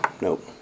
nope